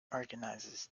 organizes